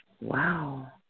Wow